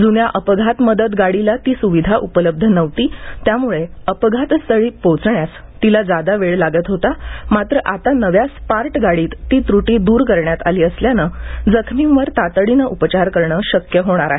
जुन्या अपघात मदत गाडीला ती सुविधा उपलब्ध नव्हती त्यामुळं अपघातस्थळी पोचण्यासाठी तिला जादा वेळही लागत होता मात्र आता नव्या स्पार्ट गाडीत ती त्रुटी दूर करण्यात आली असल्यानं जखमींवर तातडीनं उपचार करणे शक्य होणार आहे